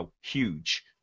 huge